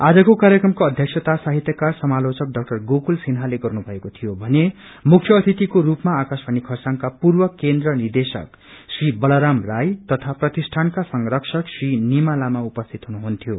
आजको कार्यक्रमको अध्यक्षता साहित्यकार समालोचक डाक्टर गोकुल सिन्हाले गर्नुभएको थियो भने मुख्य अतिथिको रूपमा आकाशवाणी खरसाङका पूर्व केन्द्र निदेशक श्री बलाराम राई तथा प्रतिष्ठानका संरक्षक श्री निमालामा उपस्थित हुनुहुन्थ्यो